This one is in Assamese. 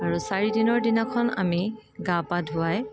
আৰু চাৰিদিনৰ দিনাখন আমি গা পা ধুৱাই